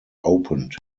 opened